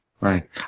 Right